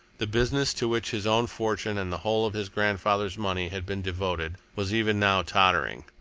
the business to which his own fortune and the whole of his grandfather's money had been devoted, was even now tottering.